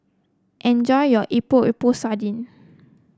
enjoy your Epok Epok Sardin